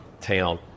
town